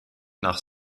nach